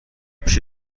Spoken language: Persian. پیش